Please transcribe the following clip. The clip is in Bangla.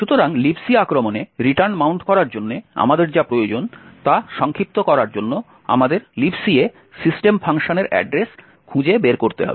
সুতরাং Libc আক্রমণে রিটার্ন মাউন্ট করার জন্য আমাদের যা প্রয়োজন তা সংক্ষিপ্ত করার জন্য আমাদের Libc এ সিস্টেম ফাংশনের অ্যাড্রেস খুঁজে বের করতে হবে